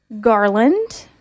garland